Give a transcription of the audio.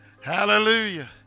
Hallelujah